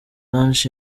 launch